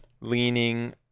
leaning